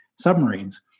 submarines